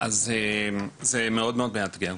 אז זה מאוד מאוד מאתגר.